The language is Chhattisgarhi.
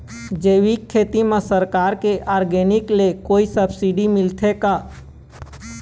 जैविक खेती म सरकार के ऑर्गेनिक ले कोई सब्सिडी मिलथे का?